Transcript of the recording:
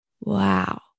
wow